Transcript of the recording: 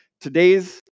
Today's